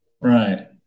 Right